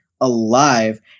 alive